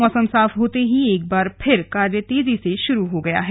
मौसम साफ होते ही एक बार फिर कार्य तेजी से शुरू हो गया है